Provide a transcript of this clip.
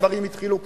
הדברים התחילו ככה.